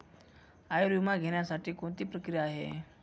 आयुर्विमा घेण्यासाठी कोणती प्रक्रिया आहे?